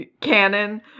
canon